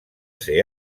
ser